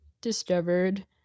discovered